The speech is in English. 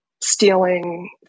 stealing